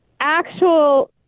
actual